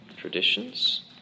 traditions